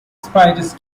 spiders